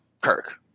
Kirk